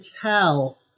tell